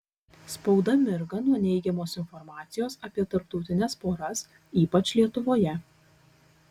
spauda mirga nuo neigiamos informacijos apie tarptautines poras ypač lietuvoje